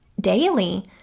daily